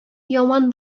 яман